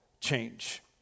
change